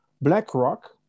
BlackRock